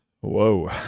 Whoa